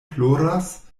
ploras